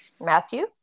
matthew